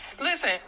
Listen